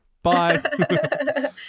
Bye